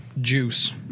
Juice